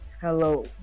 Hello